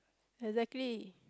exactly